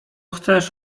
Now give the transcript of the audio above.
chcesz